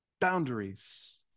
boundaries